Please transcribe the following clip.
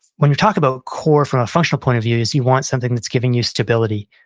when you're talking about core from a functional point of view is you want something that's giving you stability,